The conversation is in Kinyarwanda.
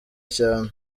cyane